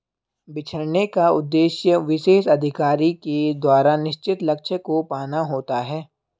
बिछड़ने का उद्देश्य विशेष अधिकारी के द्वारा निश्चित लक्ष्य को पाना होता है